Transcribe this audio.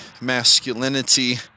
masculinity